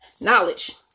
knowledge